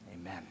Amen